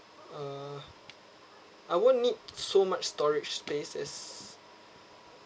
uh I won't need so much storage space as